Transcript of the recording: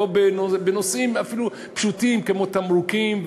אפילו בנושאים פשוטים כמו תמרוקים,